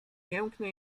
piękny